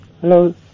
Hello